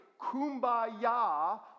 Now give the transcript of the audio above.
kumbaya